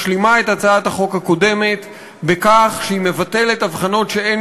משלימה את הצעת החוק הקודמת בכך שהיא מבטלת הבחנות שאין